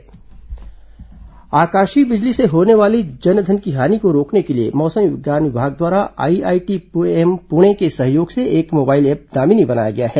आकाशीय बिजली ऐप आकाशीय बिजली से होने वाली जन धन की हानि को रोकने के लिए मौसम विज्ञान विभाग द्वारा आई आईटीएम पुणे के सहयोग से एक मोबाइल ऐप दामिनी बनाया गया है